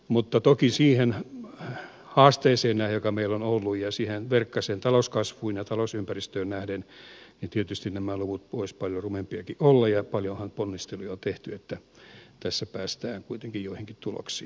mutta toki siihen haasteeseen nähden joka meillä on ollut ja siihen verkkaiseen talouskasvuun ja talousympäristöön nähden tietysti nämä luvut voisivat paljon rumempiakin olla ja paljonhan ponnisteluja on tehty että tässä päästään kuitenkin joihinkin tuloksiin